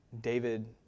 David